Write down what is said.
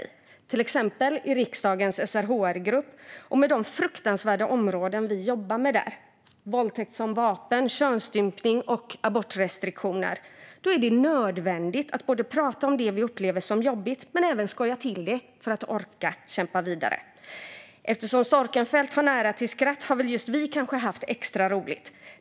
I till exempel i riksdagens SRHR-grupp och när det gäller de fruktansvärda områden vi jobbar med där - våldtäkt som vapen, könsstympning och abortrestriktioner - är det nödvändigt att både prata om det vi upplever som jobbigt och även skoja till det för att orka kämpa vidare. Eftersom Storckenfeldt har nära till skratt har kanske just vi haft extra roligt.